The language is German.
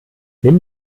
nimm